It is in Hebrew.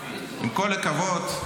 עם כל הכבוד,